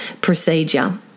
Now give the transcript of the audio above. procedure